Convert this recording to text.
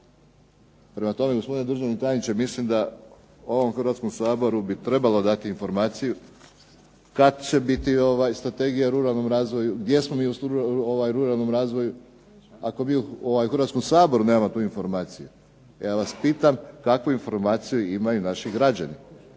Prema tome, gospodine državni tajniče, mislim da ovom Hrvatskom saboru bi trebalo dati informaciju kada će biti strategija o ruralnom razvoju, gdje smo mi u ruralnom razvoju? Ako mi u HRvatskom saboru nemamo tu informaciju, ja vas pitam kakvu informaciju imaju naši građani,